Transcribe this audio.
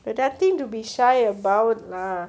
there's nothing to be shy about lah